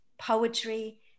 poetry